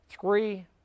three